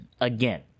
again